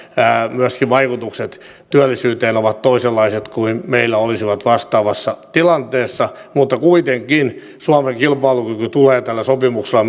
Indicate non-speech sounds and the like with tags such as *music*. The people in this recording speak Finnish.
myöskin vaikutukset työllisyyteen ovat toisenlaiset kuin meillä olisivat vastaavassa tilanteessa kuitenkin suomen kilpailukyky tulee tällä sopimuksella *unintelligible*